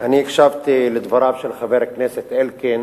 הקשבתי לדבריו של חבר הכנסת אלקין